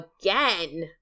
again